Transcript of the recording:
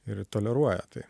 ir toleruoja tai